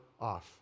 off